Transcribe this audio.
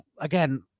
again